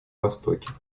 востоке